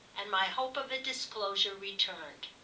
and my hope of a disclosure returned.